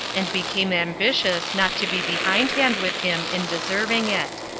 and became ambitious not to be behindhand with him in deserving it.